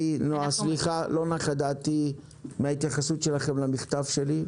נעה, לא נחה דעתי מן ההתייחסות שלכם למכתב שלי.